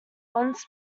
once